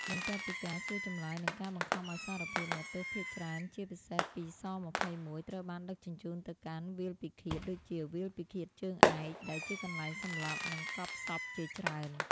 បន្ទាប់ពីការសួរចម្លើយ និងការបង្ខំឱ្យសារភាព អ្នកទោសភាគច្រើន (ជាពិសេសពី ស-២១) ត្រូវបានដឹកជញ្ជូនទៅកាន់ "វាលពិឃាត" ដូចជាវាលពិឃាតជើងឯក ដែលជាកន្លែងសម្លាប់ និងកប់សពជាច្រើន។